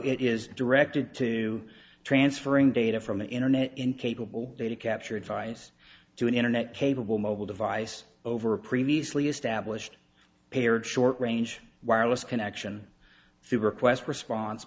it is directed to transferring data from the internet incapable data capture device to an internet capable mobile device over a previously established pair of short range wireless connection through request response